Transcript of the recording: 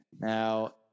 Now